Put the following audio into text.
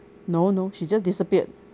no no she just disappeared